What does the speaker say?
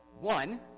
one